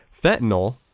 Fentanyl